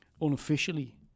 unofficially